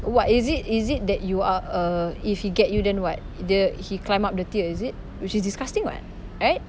what is it is it that you are a if he get you then what the he climb up the tier is it which is disgusting [what] right